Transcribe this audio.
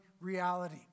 reality